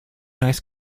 nice